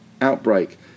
outbreak